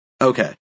Okay